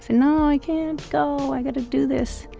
say, no, i can't go. i got to do this.